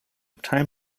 time